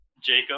Jacob